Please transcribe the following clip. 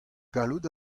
gallout